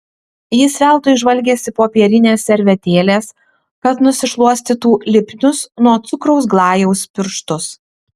jis veltui žvalgėsi popierinės servetėlės kad nusišluostytų lipnius nuo cukraus glajaus pirštus